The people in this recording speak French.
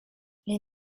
les